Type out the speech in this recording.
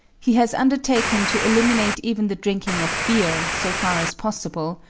he has undertaken to eliminate even the drinking of beer, so far as possible,